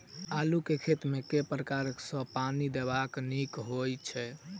आलु केँ खेत मे केँ प्रकार सँ पानि देबाक नीक होइ छै?